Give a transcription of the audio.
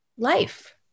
life